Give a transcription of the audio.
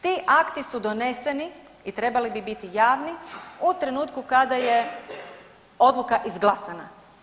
Ti akti su doneseni i trebali bi biti javni u trenutku kada je odluka izglasana.